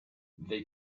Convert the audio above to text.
they